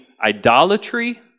idolatry